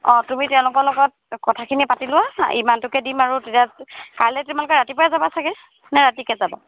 অঁ তুমি তেওঁলোকৰ লগত কথাখিনি পাতি লোৱা ইমানটোকে দিম আৰু তেতিয়া কাইলে তোমালোকে ৰাতিপুৱাই যাবা চাগে নে ৰাতিকে যাবা